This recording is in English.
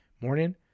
morning